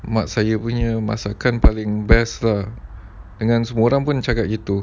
mak saya punya masakan paling best lah and then semua orang pun cakap begitu